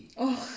oh